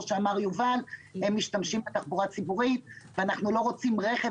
שאמר יובל הם משתמשים בתחבורה הציבורית ואנחנו לא רוצים רכב